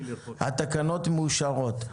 התקנות מאושרות.